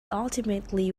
ultimately